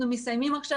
אנחנו מסיימים עכשיו